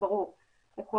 זה ברור לכולנו.